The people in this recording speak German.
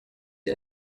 ihr